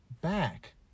back